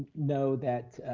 know that